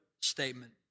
statement